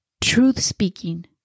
truth-speaking